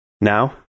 now